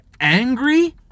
angry